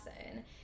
person